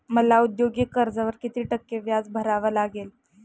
मला औद्योगिक कर्जावर किती टक्के व्याज भरावे लागेल?